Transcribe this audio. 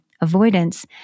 avoidance